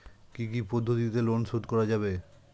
কি কি পদ্ধতিতে লোন শোধ করা যাবে?